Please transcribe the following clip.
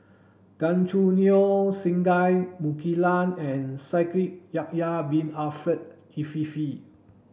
Gan Choo Neo Singai Mukilan and Shaikh Yahya bin Ahmed Afifi